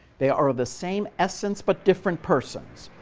they are the same essence, but different persons.